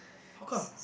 how come